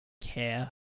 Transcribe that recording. care